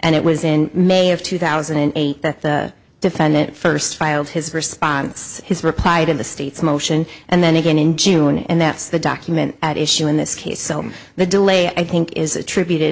and it was in may of two thousand and eight that the defendant first filed his response his replied in the state's motion and then again in june and that's the document at issue in this case the delay i think is attributed